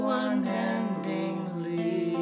unendingly